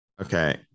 Okay